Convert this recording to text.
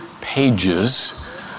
pages